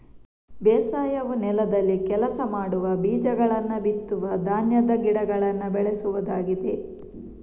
ಬೇಸಾಯವು ನೆಲದಲ್ಲಿ ಕೆಲಸ ಮಾಡುವ, ಬೀಜಗಳನ್ನ ಬಿತ್ತುವ ಧಾನ್ಯದ ಗಿಡಗಳನ್ನ ಬೆಳೆಸುವುದಾಗಿದೆ